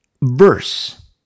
verse